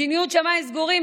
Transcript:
מדיניות שמיים סגורים,